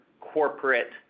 corporate